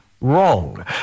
wrong